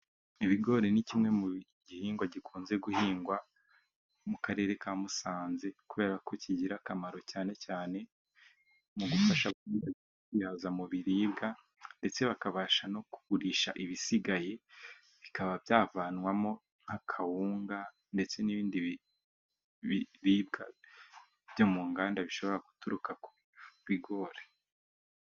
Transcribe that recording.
Ibigori ni kimwe mu gihingwa gikunze guhingwa mu Karere ka Musanze, kubera ko kigira akamaro cyane cyane mu gufasha mu kwihaza mu biribwa ndetse bakabasha no kugurisha ibisigaye bikaba byavanwamo nk'akawunga ndetse n'ibindi biribwa byo mu nganda bishobora guturuka ku bigori.